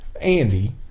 Andy